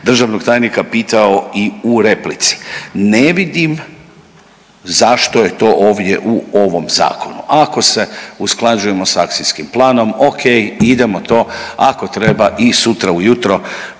državnog tajnika pitao i u replici, ne vidim zašto je to ovdje u ovom zakonu, a ako se usklađujemo sa akcijskim planom, okej idemo to ako treba i sutra ujutro